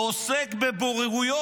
עוסק בבוררויות,